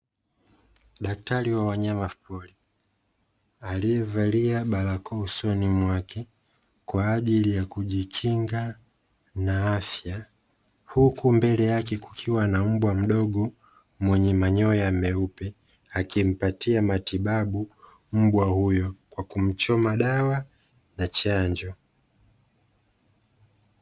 Daktari wa wanyama pori aliyevalia barakoa usoni mwake kwa ajili ya kujikinga na afya, huku mbele yake kukiwa na mbwa mdogo mwenye manyoya meupe akimpatia matibabu mbwa huyo kwa kumchoma dawa na chanjo.